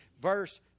Verse